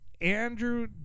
Andrew